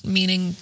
Meaning